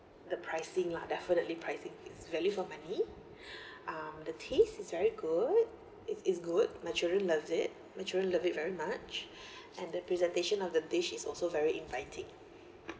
the pricing lah definitely pricing is value for money um the taste is very good it's it's good my children love it my children love it very much and the presentation of the dish is also very inviting